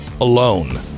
alone